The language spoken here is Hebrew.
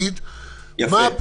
אלא בדיוק